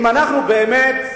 אני יכול ללכת?